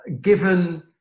given